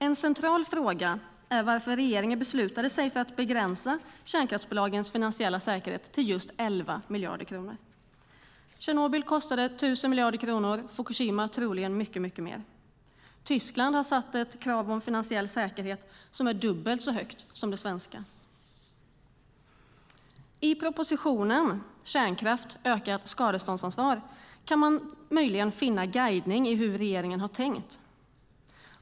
En central fråga är varför regeringen beslutade sig för att begränsa kärnkraftsbolagens finansiella säkerhet till just 11 miljarder kronor. Tjernobyl kostade 1 000 miljarder kronor, och Fukushima kommer troligen att kosta mycket mer. Tyskland har satt ett krav om finansiell säkerhet som är dubbelt så högt som det svenska. I propositionen Kärnkraften - ökat skadeståndsansvar kan man möjligen finna guidning i hur regeringen har tänkt.